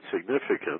significant